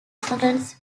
functions